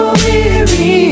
weary